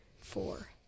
Four